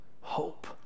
hope